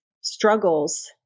struggles